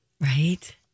Right